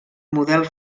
model